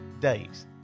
days